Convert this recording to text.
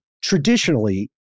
Traditionally